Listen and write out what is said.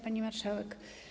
Pani Marszałek!